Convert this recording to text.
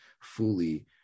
fully